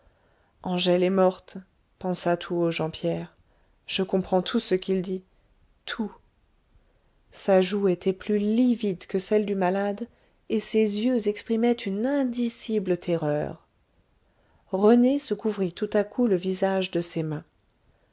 angèle est morte pensa tout haut jean pierre je comprends tout ce qu'il dit tout sa joue était plus livide que celle du malade et ses yeux exprimaient une indicible terreur rené se couvrit tout à coup le visage de ses mains